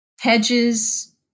hedges